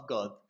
God